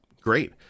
great